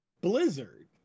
Blizzard